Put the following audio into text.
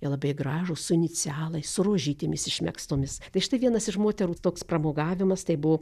jie labai gražūs su inicialais su rožytėmis išmegztomis tai štai vienas iš moterų toks pramogavimas tai buvo